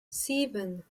sieben